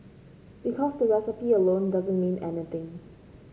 because the recipe alone doesn't mean anything